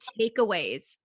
takeaways